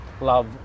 love